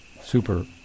Super